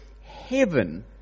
heaven